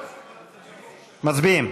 מצביעים.